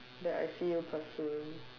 that I see you pursue